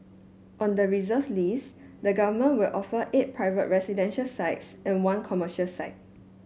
on the reserve list the government will offer eight private residential sites and one commercial site